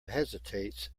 hesitates